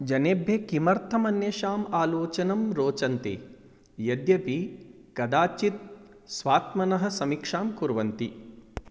जनेभ्यः किमर्थमन्येषाम् आलोचनं रोचन्ते यद्यपि कदाचिद् स्वात्मनः समीक्षां कुर्वन्ति